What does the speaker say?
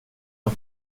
har